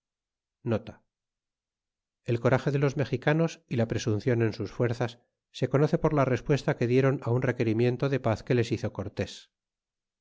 ii el corage de los mejicanos y la presuncion en sus fuerzas se conoce por la respuesta que dieron un requerimiento de paz que les hizo cortes